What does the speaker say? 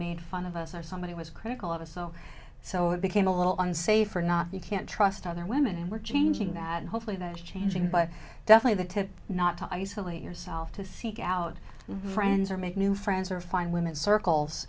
made fun of us or somebody was critical of us so so it became a little unsafe or not you can't trust other women and we're changing that and hopefully that changing but definitely the tip not to isolate yourself to seek out friends or make new friends or find women circles